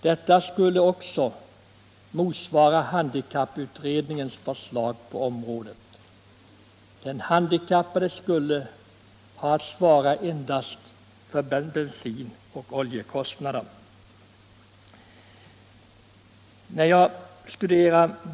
Detta skulle motsvara handikapputredningens förslag på området. Den handikappade skulle ha att svara endast för bensin och oljekostnader.